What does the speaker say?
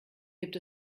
gibt